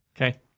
Okay